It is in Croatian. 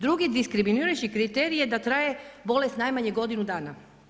Drugi diskriminirajući kriterij je da traje bolest najmanje godinu dana.